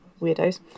weirdos